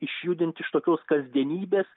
išjudint iš tokios kasdienybės